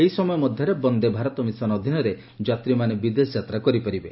ଏହି ସମୟ ମଧ୍ଧରେ ବନ୍ଦେ ଭାରତ ମିଶନ୍ ଅଧୀନରେ ଯାତ୍ରୀମାନେ ବିଦେଶ ଯାତ୍ରା କରିପାରିବେ